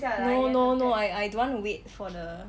no no no I don't want to wait for the